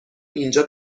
اینجا